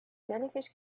jellyfish